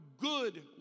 good